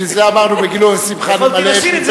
בשביל זה אמרנו: בגיל ובשמחה נמלא את לבנו,